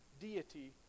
deity